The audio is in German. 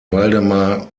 waldemar